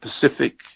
Pacific